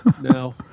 No